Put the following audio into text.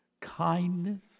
kindness